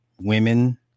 women